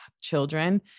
children